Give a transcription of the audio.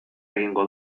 egingo